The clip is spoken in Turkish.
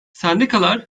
sendikalar